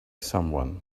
someone